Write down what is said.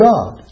God